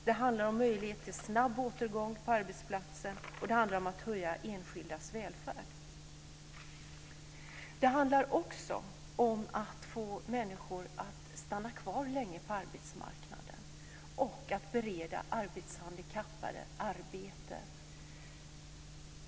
Det handlar om möjlighet till snabb återgång till arbetsplatsen, och det handlar om att förbättra enskildas välfärd. Det handlar också om att få människor att stanna kvar länge på arbetsmarknaden och att bereda arbetshandikappade arbete.